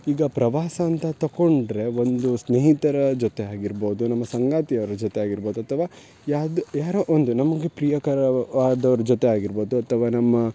ಈಗ ಪ್ರವಾಸ ಅಂತ ತಕೊಂಡರೆ ಒಂದು ಸ್ನೇಹಿತರ ಜೊತೆ ಆಗಿರ್ಬಹ್ದು ನಮ್ಮ ಸಂಗಾತಿ ಅವರ ಜೊತೆ ಆಗಿರ್ಬಹ್ದು ಅಥವಾ ಯಾವ್ದು ಯಾರೋ ಒಂದು ನಮಗೆ ಪ್ರಿಯಕರವಾದವ್ರ ಜೊತೆ ಆಗಿರ್ಬಹ್ದು ಅಥವಾ ನಮ್ಮ